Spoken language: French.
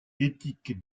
éthique